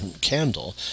candle